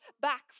back